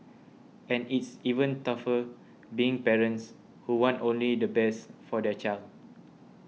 and it's even tougher being parents who want only the best for their child